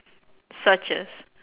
such as